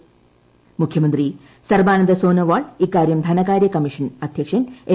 മൂഖ്യമൃന്തി സർബാനന്ദ സോനോവാൾ ഇക്കാര്യം ധനകാര്യ ക്മ്മീഷ്ൻ അദ്ധ്യക്ഷൻ എൻ